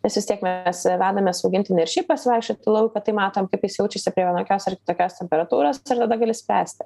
nes vis tiek mes vedamės augintinį ir šiaip pasivaikščiot į lauką tai matom kaip jis jaučiasi prie vienokios ar tokios temperatūros ir tada gali spręsti